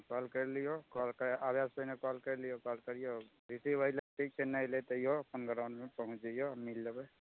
call कैर लियो call अबै से पहिने कॉल करि लियो कॉल करियो पी टी लेब ठीक छै ने लाएब तैयो अपन ग्राउंडमे पहुँच जइयो हम मिल लेबै